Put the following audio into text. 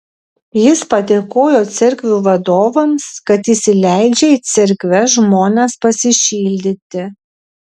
jis padėkojo cerkvių vadovams kad įsileidžia į cerkves žmones pasišildyti